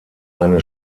eine